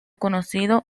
conocido